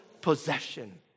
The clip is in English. possession